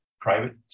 private